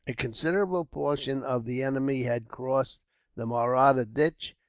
a considerable portion of the enemy had crossed the mahratta ditch,